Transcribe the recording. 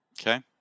Okay